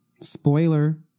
Spoiler